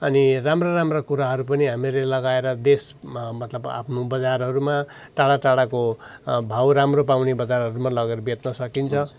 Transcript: अनि राम्रा राम्रा कुराहरू पनि हामीहरूले लगाएर देशमा मतलब आफ्नो बजारहरूमा टाढा टाढाको भाउ राम्रो पाउने बजारहरूमा लगेर बेच्न सकिन्छ